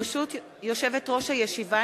ברשות יושבת-ראש הישיבה,